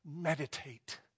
meditate